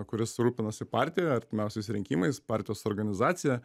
kuris rūpinasi partija artimiausiais rinkimais partijos organizacija